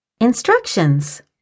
Instructions